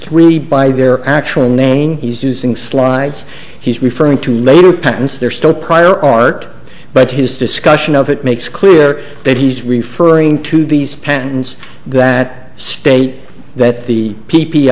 three by their actual name he's using slides he's referring to later patents they're still prior art but his discussion of it makes clear that he's referring to these patents that state that the p p